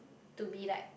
to be like